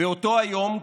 באותו היום,